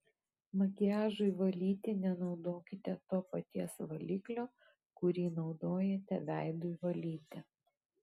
makiažui valyti nenaudokite to paties valiklio kurį naudojate veidui valyti